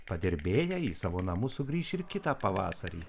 padirbėję į savo namus sugrįš ir kitą pavasarį